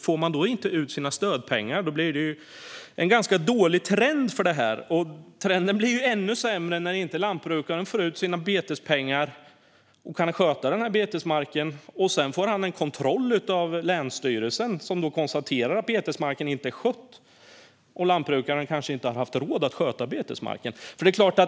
Får man då inte ut sina stödpengar blir det en ganska dålig trend för detta. Trenden blir ännu sämre när lantbrukaren inte får ut sina betespengar och kan sköta betesmarken och sedan får en kontroll av länsstyrelsen, som konstaterar att betesmarken inte är skött. Lantbrukaren kanske inte har haft råd att sköta betesmarken.